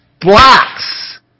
blocks